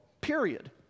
period